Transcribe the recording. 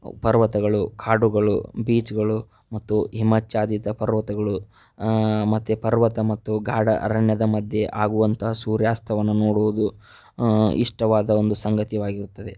ಪರ್ವತಗಳು ಕಾಡುಗಳು ಬೀಚ್ಗಳು ಮತ್ತು ಹಿಮಚ್ಛಾದಿತ ಪರ್ವತಗಳು ಮತ್ತು ಪರ್ವತ ಮತ್ತು ಗಾಢ ಅರಣ್ಯದ ಮಧ್ಯೆ ಆಗುವಂಥ ಸೂರ್ಯಾಸ್ತವನ್ನು ನೋಡುವುದು ಇಷ್ಟವಾದ ಒಂದು ಸಂಗತಿಯಾಗಿರುತ್ತದೆ